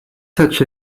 such